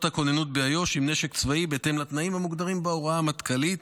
הכוננות באיו"ש עם נשק צבאי בהתאם לתנאים המוגדרים בהוראה המטכ"לית.